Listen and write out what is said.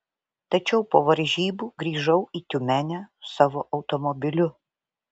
tačiau po varžybų grįžau į tiumenę savo automobiliu